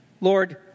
Lord